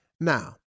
Now